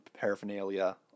paraphernalia